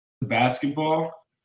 basketball